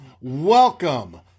Welcome